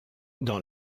dans